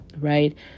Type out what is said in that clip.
right